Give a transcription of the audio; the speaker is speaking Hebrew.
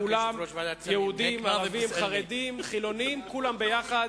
כולם, יהודים, ערבים, חרדים, חילונים, כולם ביחד,